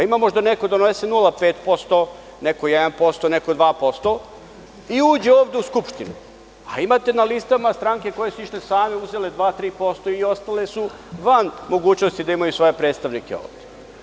Ima možda neko donese 0,5%, neko 1%, neko 2% i uđe ovde u Skupštinu, a imate na listama stranke koje su išle same, uzele 2, 3% i ostale su van mogućnosti da imaju svoje predstavnike ovde.